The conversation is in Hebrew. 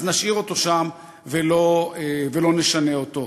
אז נשאיר אותו שם ולא נשנה אותו,